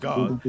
God